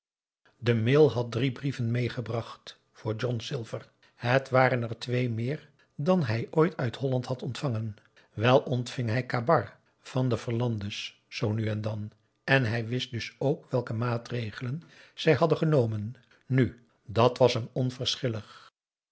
de mail had drie brieven meegebracht voor john silver het waren er twee meer dan hij ooit uit holland had ontvangen wel ontving hij kabar van de verlande's zoo nu en dan en hij wist dus ook welke maatregelen zij hadden genomen nu dàt was hem